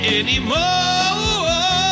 anymore